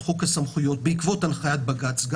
הסמכויות, בעקבות הנחיית בג"ץ,